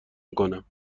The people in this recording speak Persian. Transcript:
میکنم